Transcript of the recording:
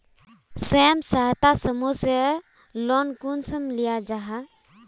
स्वयं सहायता समूह से लोन कुंसम लिया जाहा?